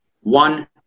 one